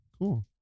Cool